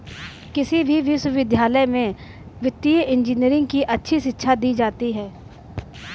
किसी भी विश्वविद्यालय में वित्तीय इन्जीनियरिंग की अच्छी शिक्षा दी जाती है